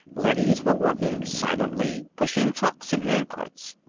leadys were working silently, pushing trucks and handcarts.